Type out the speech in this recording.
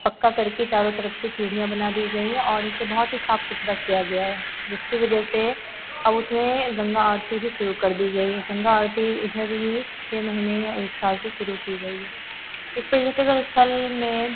पक्का करके चारों तरफ सीढ़ियाँ बना दी गई हैं और इसे बहुत ही साफ़ सुथरा किया गया है जिसकी वज़ह से अब इसमें गंगा आरती भी शुरू कर दी गई है गंगा आरती इधर ही छह महीने या एक साल से शुरू की गई है इस पर्यटक अस्थल में